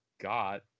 got